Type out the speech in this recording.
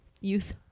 youth